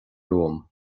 romham